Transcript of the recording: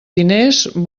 diners